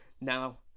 Now